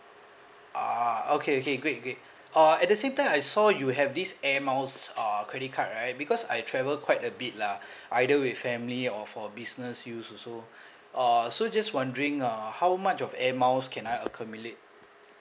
ah okay okay great great uh at the same time I saw you have this air miles uh credit card right because I travel quite a bit lah either with family or for business use also uh so just wondering uh how much of air miles can I accumulate